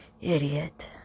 idiot